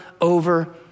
over